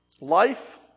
Life